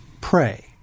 pray